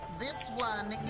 the one